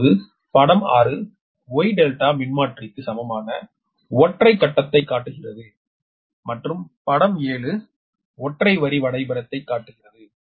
இப்போது படம் 6 Y ∆ மின்மாற்றிக்கு சமமான ஒற்றை கட்டத்தைக் காட்டுகிறது மற்றும் படம் 7 ஒற்றை வரி வரைபடத்தைக் காட்டுகிறது